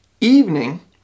evening